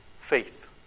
faith